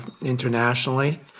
internationally